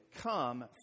come